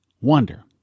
Wonder